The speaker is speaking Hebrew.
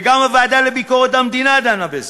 וגם הוועדה לביקורת המדינה דנה בזה.